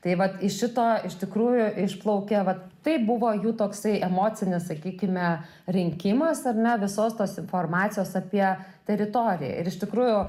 tai vat iš šito iš tikrųjų išplaukė vat taip buvo jų toksai emocinis sakykime rinkimas ar ne visos tos informacijos apie teritoriją ir iš tikrųjų